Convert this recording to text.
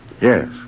Yes